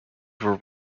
were